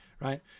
right